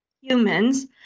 humans